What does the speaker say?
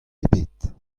ebet